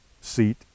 seat